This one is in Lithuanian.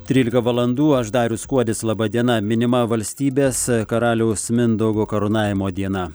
trylika valandų aš darius kuodis laba diena minima valstybės karaliaus mindaugo karūnavimo diena